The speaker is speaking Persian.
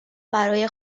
برای